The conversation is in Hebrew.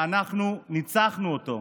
ואנחנו ניצחנו אותו.